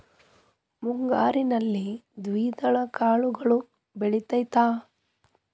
ಮುಂಗಾರಿನಲ್ಲಿ ದ್ವಿದಳ ಕಾಳುಗಳು ಬೆಳೆತೈತಾ?